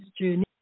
journey